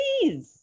Please